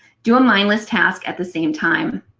do a mindless task at the same time.